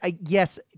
yes